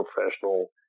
professional